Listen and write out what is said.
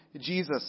Jesus